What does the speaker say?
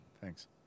thanks